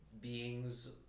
beings